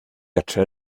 adre